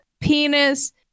penis